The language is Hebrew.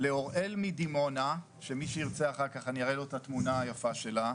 לאוראל מדימונה שמי שירצה אחר כך אני אראה לו את התמונה היפה שלה,